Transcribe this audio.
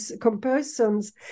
comparisons